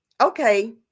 okay